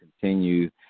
continue